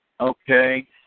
Okay